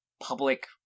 public